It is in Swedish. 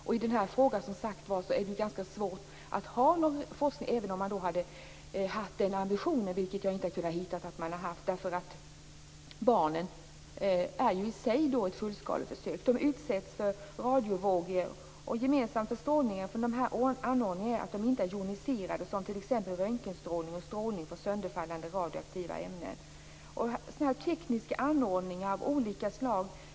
Och i den här frågan är det, som sagt var, ganska svårt att ha någon forskning även om man hade haft den ambitionen, vilket jag inte har kunnat se att man har. Barnen är ju i sig ett fullskaleförsök. De utsätts för radiovågor. Och gemensamt för strålningen från de här anordningarna är ju att de inte är joniserade, som t.ex. röntgenstrålning och strålning från sönderfallande radioaktiva ämnen. Det här gäller tekniska anordningar av olika slag.